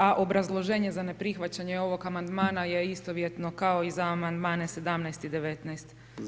A obrazloženje za neprihvaćanje ovog amandmana je istovjetno kao i za amandmane 17. i 19.